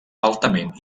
altament